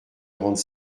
rende